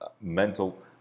mental